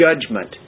judgment